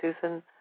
Susan